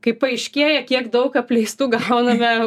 kai paaiškėja kiek daug apleistų gauname